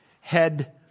head